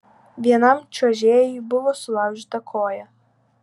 vienam čiuožėjui buvo sulaužyta koja